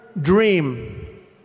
dream